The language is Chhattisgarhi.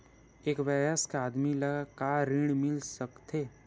एक वयस्क आदमी ला का ऋण मिल सकथे?